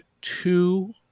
two